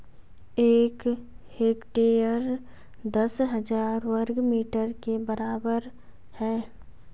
एक हेक्टेयर दस हजार वर्ग मीटर के बराबर है